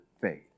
faith